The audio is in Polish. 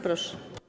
Proszę.